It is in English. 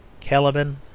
Caliban